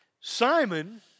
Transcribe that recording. Simon